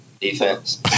defense